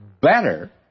better